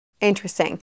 interesting